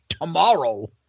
Tomorrow